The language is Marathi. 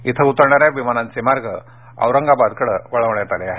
इथं उतरणाऱ्या विमानांचे मार्ग औरंगाबादकडे वळवण्यात आले आहेत